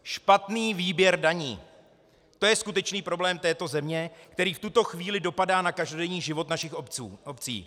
Špatný výběr daní, to je skutečný problém této země, který v tuto chvíli dopadá na každodenní život našich obcí.